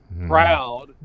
Proud